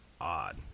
odd